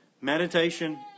meditation